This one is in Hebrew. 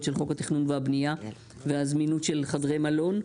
של חוק התכנון והבנייה והזמינות של חדרי מלון.